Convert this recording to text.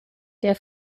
der